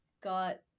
got